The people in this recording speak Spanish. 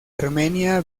armenia